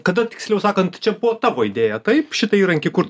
kada tiksliau sakant čia buvo tavo idėja taip šitą įrankį kurt